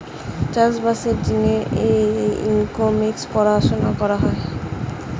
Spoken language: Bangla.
চাষ বাসের জিনে যে ইকোনোমিক্স পড়াশুনা করা হয়